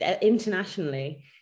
internationally